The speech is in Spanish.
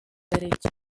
derecha